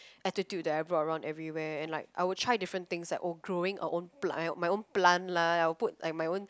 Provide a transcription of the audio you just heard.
attitude that I brought around everywhere and like I would try different things like ah growing a own plant my own plant lah I would put my own